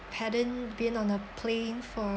hadn't been on a plane for